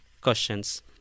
questions